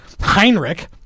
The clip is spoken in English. Heinrich